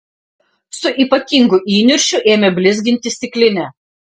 su ypatingu įniršiu ėmė blizginti stiklinę